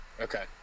Okay